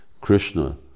Krishna